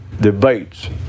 debates